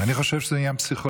אני חושב שזה עניין פסיכולוגי,